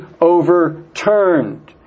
overturned